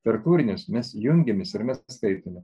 per kūrinius mes jungiamės ir mes skaitome